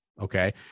okay